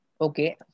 Okay